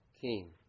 King